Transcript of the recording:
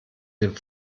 dem